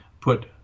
put